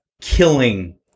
killing